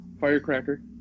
Firecracker